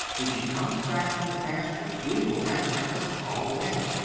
when she comes back from the pasture, we will have breakfast all ready.